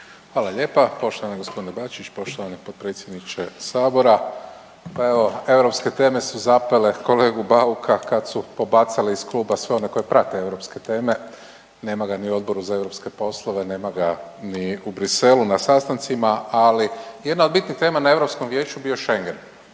Hvala lijepa. Poštovani g. Bačić, poštovani potpredsjedniče Sabora, pa evo, europske teme su zapele kolegu Bauka kad su pobacali iz kluba sve one koji prate europske tema, nema ga ni u Odbor za europske poslove, nema ga ni u Bruxellesu na sastancima, ali jedna od bitnih tema na Europskom vijeću bio Schengen